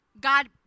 god